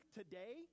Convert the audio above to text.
today